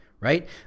right